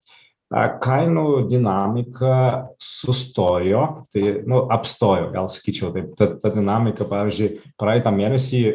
a kainų dinamika sustojo tai nu apstojo gal sakyčiau taip ta ta dinamika pavyzdžiui praeitą mėnesį